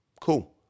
cool